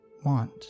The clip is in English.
want